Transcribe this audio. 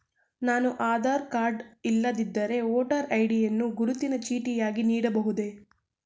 ನಾನು ಆಧಾರ ಕಾರ್ಡ್ ಇಲ್ಲದಿದ್ದರೆ voter ID ಯನ್ನು ಗುರುತಿನ ಚೀಟಿಯಾಗಿ ನೀಡಬಹುದೇ?